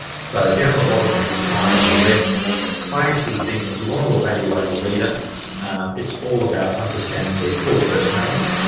so down the bottom of this slide on the left i actually think if you want to evaluate a leader it's all about understanding their core personality.